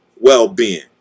well-being